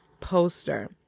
poster